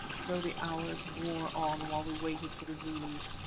so the hours wore on while we waited for the zulus.